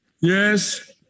Yes